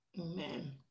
Amen